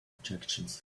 objections